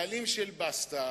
בעלים של בסטה,